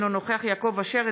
אינו נוכח יעקב אשר,